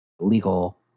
legal